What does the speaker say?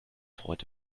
heute